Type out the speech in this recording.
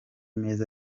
meza